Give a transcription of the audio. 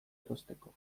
erosteko